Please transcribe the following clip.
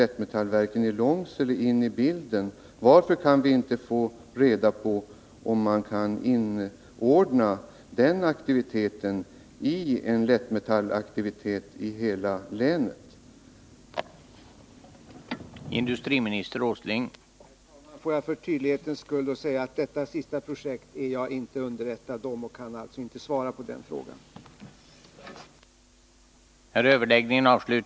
Är det välbetänkt att för erhållande av ett fåtal arbetstillfällen sätta stora naturresurser och fritidsmöjligheter på spel, då dessa på sikt erbjuder betydligt bättre förutsättningar ur både ekonomioch sysselsättningssynpunkt?